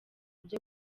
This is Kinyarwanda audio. byo